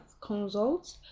Consult